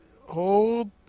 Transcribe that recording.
hold